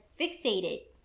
fixated